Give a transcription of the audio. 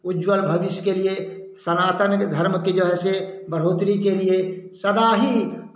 उज्ज्वल भविष्य के लिए सनातन धर्म के जो ऐसे बढ़ोतरी के लिए सदा ही